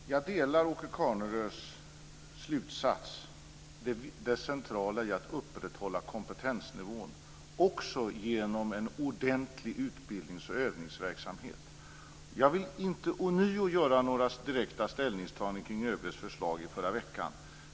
Fru talman! Jag instämmer i Åke Carnerös slutsats, att det är centralt att man upprätthåller kompetensnivån också genom en ordentlig utbildnings och övningsverksamhet. Ånyo vill jag inte göra några direkta ställningstaganden kring det förslag som ÖB lämnade i förra veckan.